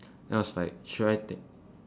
then I was like should I take